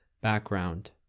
Background